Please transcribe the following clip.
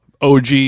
og